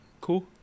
Cool